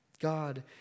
God